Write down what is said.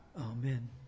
Amen